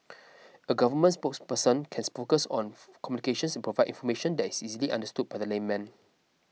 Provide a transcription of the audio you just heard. a government spokesperson cans focus on communications and provide information that is easily understood by the layman